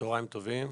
צוהריים טובים.